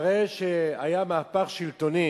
אחרי שהיה מהפך שלטוני,